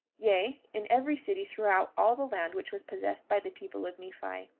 yea, in every city throughout all the land which was possessed by the people of nephi.